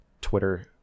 twitter